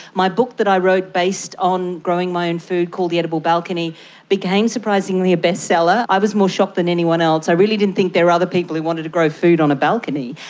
my book that i wrote based on growing my own food called the edible balcony became surprisingly a bestseller. i was more shocked than anyone else. i really didn't think there were other people who wanted to grow food on a balcony.